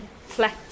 flat